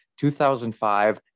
2005